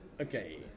Okay